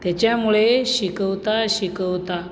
त्याच्यामुळे शिकवता शिकवता